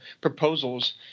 proposals